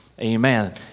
Amen